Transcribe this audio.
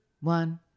one